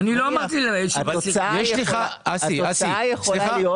התוצאה יכולה להיות